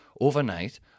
overnight